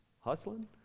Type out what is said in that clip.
hustling